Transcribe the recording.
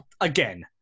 again